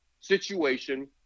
situation